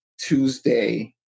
Tuesday